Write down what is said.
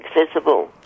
accessible